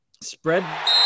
spread